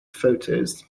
photos